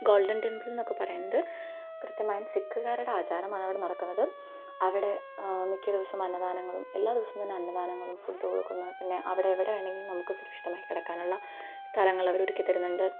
golden Temple എന്നൊക്കെ പറയുന്നത് പ്രത്യേകമായും സിക്കുകാരുടെ ആചാരമാണവിടെ നടക്കുന്നത് അവിടെ മിക്ക ദിവസം അന്നദാനങ്ങളും എല്ലാ ദിവസം തന്നെ അന്നദാനങ്ങളും ഫുഡ് കൊടുക്കുന്നു പിന്നെ അവിടെ എവിടെ വേണമെങ്കിലും നമുക്ക് സുരക്ഷിതമായി കിടക്കാനുള്ള സ്ഥലങ്ങളവരൊരുക്കി തരുന്നുണ്ട്